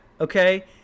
okay